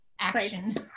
action